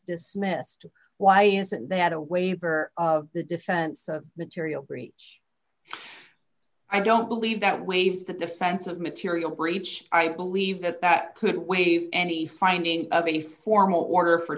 dismissed why isn't that a waiver of the defense of the tiriel breach i don't believe that waives that the sense of material breach i believe that that could waive any finding of a formal order for